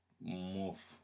Move